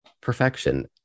perfection